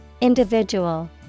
Individual